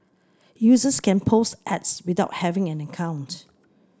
users can post ads without having an account